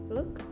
Look